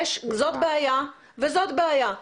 זאת בעיה וזאת בעיה,